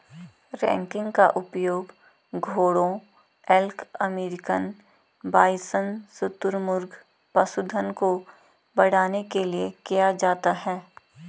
ranking का उपयोग घोड़ों एल्क अमेरिकन बाइसन शुतुरमुर्ग पशुधन को बढ़ाने के लिए किया जाता है